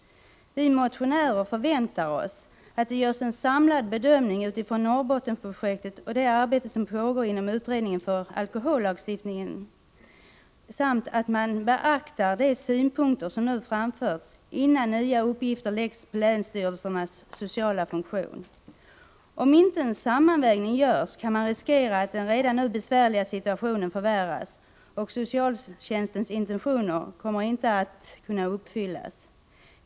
Vi motionärer förväntar oss att det görs en samlad bedömning med utgångspunkt i Norrbottensprojektet och det arbete som pågår inom utredningen på alkohollagstiftningens område samt att de synpunkter som nu framförts beaktas innan nya uppgifter läggs på länsstyrelsernas sociala funktion. Om inte en sammanvägning görs, kan man riskera att den redan nu besvärliga situationen förvärras och att socialtjänstens intentioner inte kommer att kunna uppfyllas.